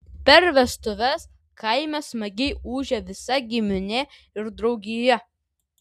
per vestuves kaime smagiai ūžia visa giminė ir draugija